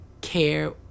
care